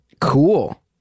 cool